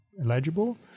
eligible